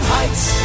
Heights